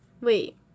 Wait